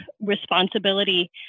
responsibility